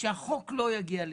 ושהחוק לא יגיעו לסיומו.